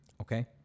okay